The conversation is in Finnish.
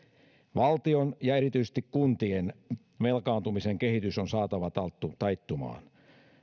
valtion ja erityisesti kuntien velkaantumisen kehitys on saatava taittumaan